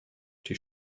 die